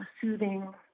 soothing